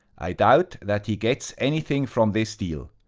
i doubt that he gets anything from this deal.